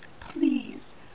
please